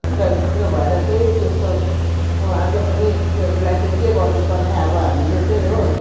अन्त त्यो भएर चाहिँ त्यस्तो आज पनि त्यसलाई चाहिँ के गर्नु पर्ने अब हामीले चाहिँ हो